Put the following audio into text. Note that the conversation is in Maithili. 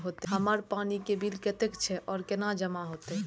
हमर पानी के बिल कतेक छे और केना जमा होते?